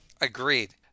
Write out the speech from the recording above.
Agreed